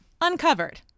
uncovered